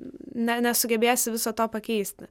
nesugebėsi viso to pakeisti